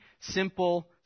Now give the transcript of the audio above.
simple